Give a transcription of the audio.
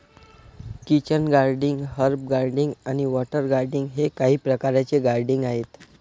kitchen gardening, herb gardening आणि water gardening हे काही प्रकारचे गार्डनिंग आहेत